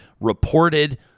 reported